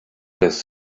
his